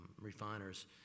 refiners